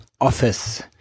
office